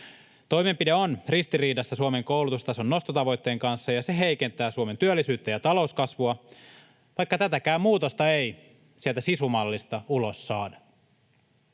Toimenpide on ristiriidassa Suomen koulutustason nostotavoitteen kanssa, ja se heikentää Suomen työllisyyttä ja talouskasvua, vaikka tätäkään muutosta ei sieltä SISU-mallista ulos saada.